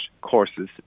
courses